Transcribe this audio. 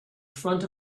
front